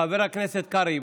חבר הכנסת קרעי.